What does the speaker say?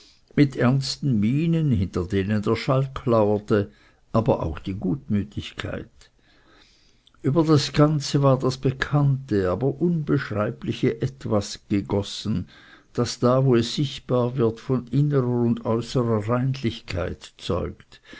mit ernsten mienen hinter denen der schalk lauerte aber auch die gutmütigkeit über das ganze war das bekannte aber unbeschreibliche etwas gegossen das da wo es sichtbar wird von innerer und äußerer reinlichkeit zeuget